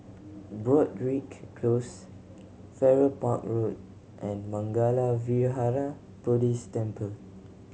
Broadrick Close Farrer Park Road and Mangala Vihara Buddhist Temple